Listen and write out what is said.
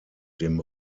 dem